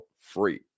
free